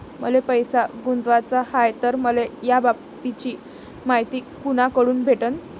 मले पैसा गुंतवाचा हाय तर मले याबाबतीची मायती कुनाकडून भेटन?